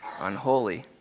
unholy